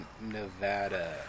Nevada